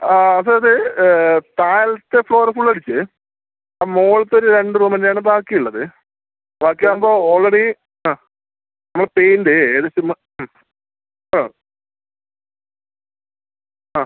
ആ അതായത് താഴത്തെ ഫ്ലോറ് ഫുള്ള് അടിച്ചു ഇപ്പം മോൾത്ത ഒര് രണ്ട് റൂമ് തന്നെയാണ് ബാക്കി ഉള്ളത് ബാക്കിയാവുമ്പോൾ ഓൾറെഡി അ നമ്മൾ പെയിൻ്റ് ഏകദേശം ഉം ആ ആ